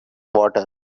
water